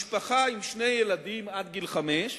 משפחה עם שני ילדים עד גיל חמש,